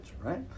right